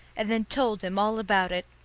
and then told him all about it.